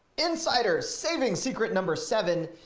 insider saving secret number seven,